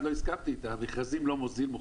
משא